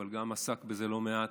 אבל גם עסק בזה לא מעט,